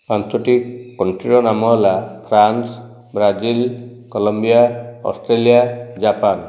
ପାଞ୍ଚଟି କଣ୍ଟ୍ରିର ନାମ ହେଲା France Brazil Colombia Australia Japan